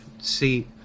see